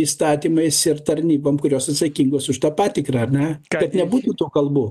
įstatymais ir tarnybom kurios atsakingos už tą patikrą ar ne kad nebūtų kalbų